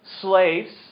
slaves